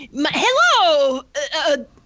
Hello